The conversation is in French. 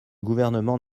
gouvernement